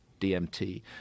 DMT